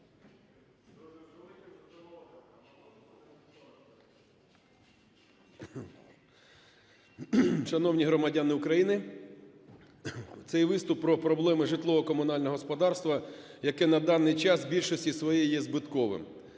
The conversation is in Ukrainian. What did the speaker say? Шановні громадяни України, цей виступ про проблеми житлово-комунального господарства, яке на даний час в більшості своїй є збитковим.